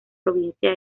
provincia